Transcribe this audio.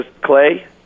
Clay